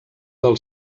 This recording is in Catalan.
del